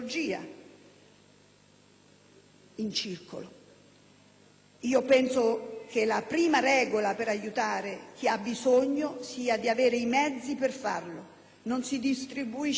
in circolo. Penso che la prima regola per aiutare chi ha bisogno sia quella di avere i mezzi per farlo: non si distribuisce ricchezza